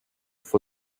for